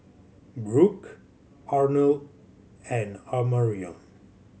Brook Arnold and Amarion